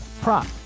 prop